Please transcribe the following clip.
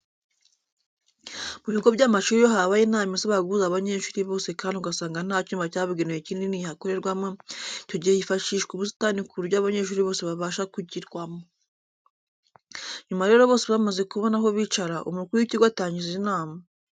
Mu bigo by'amashuri iyo habaye inama isaba guhuza abanyeshuri bose kandi ugasanga nta cyumba cyabugenewe kinini yakorerwamo, icyo gihe hifashishwa ubusitani ku buryo abanyeshuri bose babasha gukwirwamo. Nyuma rero bose bamaze kubona aho bicara, umukuru w'ikigo atangiza inama.